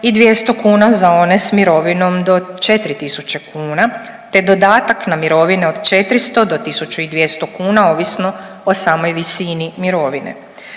i 200 kuna za one s mirovinom do 4.000 kuna, te dodatak na mirovine od 400 do 1.200 kuna ovisno o samoj visini mirovine.